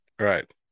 Right